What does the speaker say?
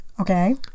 Okay